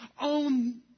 Own